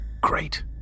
Great